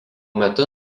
metu